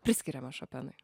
priskiriamas šopenui